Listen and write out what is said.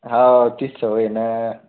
हो तीच सवय हे ना